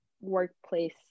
workplace